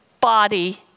body